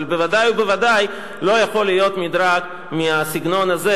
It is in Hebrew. אבל בוודאי ובוודאי לא יכול להיות מדרג מהסגנון הזה,